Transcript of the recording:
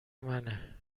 منه